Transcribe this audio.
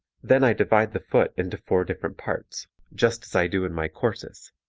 then i divide the foot into four different parts, just as i do in my courses